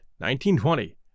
1920